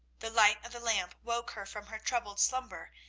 the light of the lamp woke her from her troubled slumber,